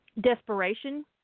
desperation